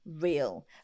real